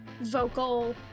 vocal